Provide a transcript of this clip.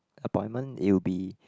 appointment it will be